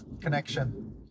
connection